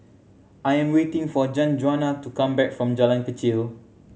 I am waiting for Sanjuana to come back from Jalan Kechil